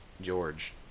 George